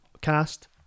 cast